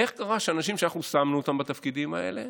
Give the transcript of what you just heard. איך קרה שאנשים שאנחנו שמנו אותם בתפקידים האלה